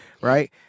right